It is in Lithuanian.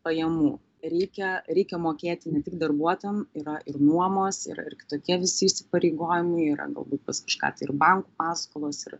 pajamų reikia reikia mokėti ne tik darbuotojam yra ir nuomos yra ir kitokie visi įsipareigojimai yra galbūt pas kažką tai ir bankų paskolos ir